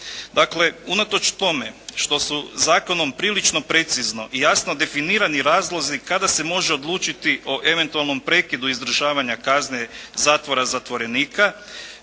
Dakle, unatoč tome što su zakonom prilično precizno i jasno definirani razlozi kada se može odlučiti o eventualnom prekidu izdržavanja kazne zatvorenika,